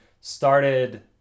started